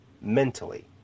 mentally